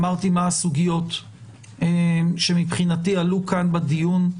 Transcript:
אמרתי מהן הסוגיות שמבחינתי עלו כאן בדיון: